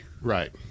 Right